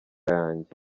yanjye